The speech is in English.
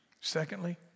Secondly